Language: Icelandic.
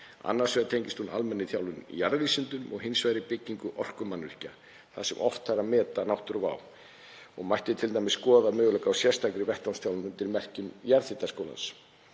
Annars vegar tengist hún almennri þjálfun í jarðvísindum og hins vegar í byggingu orkumannvirkja, þar sem oft þarf að meta náttúruvá. Mætti t.d. skoða möguleika á sérstakri vettvangsþjálfun undir merkjum Jarðhitaskólans.